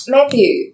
Matthew